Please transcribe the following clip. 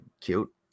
cute